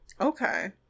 Okay